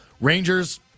Rangers –